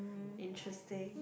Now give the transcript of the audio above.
interesting